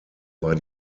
war